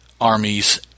Armies